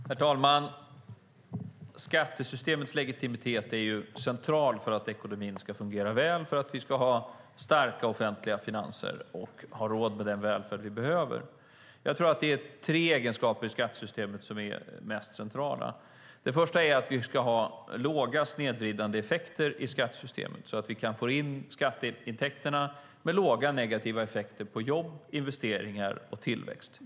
Herr talman! Skattesystemets legitimitet är central för att ekonomin ska fungera väl och för att vi ska ha starka offentliga finanser och ha råd med den välfärd vi behöver. Jag tror att det är tre egenskaper i skattesystemet som är mest centrala. Det första är att vi ska ha låga snedvridande effekter i skattesystemet så att vi kan få in skatteintäkterna med låga negativa effekter på jobb, investeringar och tillväxt.